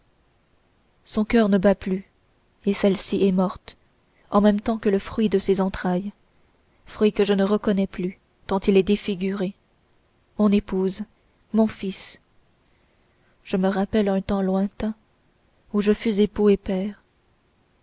son coeur ne bat plus et celle-ci est morte en même temps que le fruit de ses entrailles fruit que je ne reconnais plus tant il est défiguré mon épouse mon fils je me rappelle un temps lointain où je fus époux